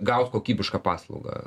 gaut kokybišką paslaugą